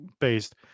based